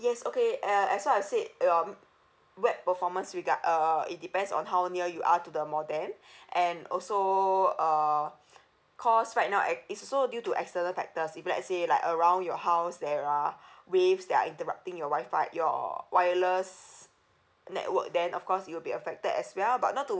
yes okay uh as what I've said um web performance regard~ uh it depends on how near you are to the modem and also so uh cause right now ex~ it's also due to external factors if let's say like around your house there are waves that are interrupting your wi-fi your wireless network then of course you'll be affected as well but not to